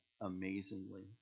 amazingly